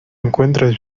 encuentras